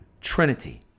Trinity